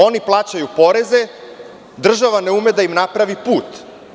Oni plaćaju poreze, država ne ume da im napravi put.